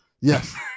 Yes